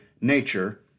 nature